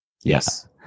Yes